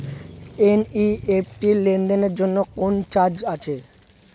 NEFT লেনদেনের জন্য কোন চার্জ আছে?